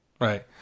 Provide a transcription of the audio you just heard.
right